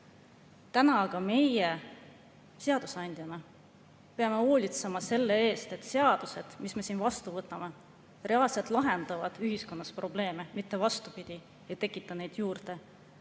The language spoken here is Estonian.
jooksul. Meie seadusandjana peame hoolitsema selle eest, et seadused, mis me siin vastu võtame, reaalselt lahendavad ühiskonnas probleeme, mitte ei tekita neid juurde.